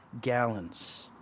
gallons